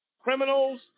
criminals